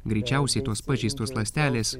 greičiausiai tos pažeistos ląstelės